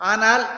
Anal